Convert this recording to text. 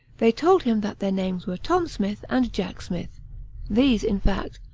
they told him that their names were tom smith and jack smith these, in fact,